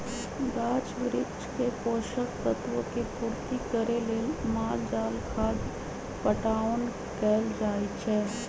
गाछ वृक्ष के पोषक तत्व के पूर्ति करे लेल माल जाल खाद पटाओन कएल जाए छै